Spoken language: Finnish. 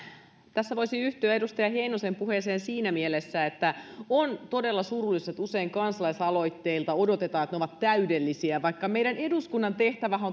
tässä voisi yhtyä edustaja heinosen puheeseen siinä mielessä että on todella surullista että usein kansalaisaloitteilta odotetaan että ne ovat täydellisiä vaikka meidän eduskunnan tehtävähän